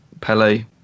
Pele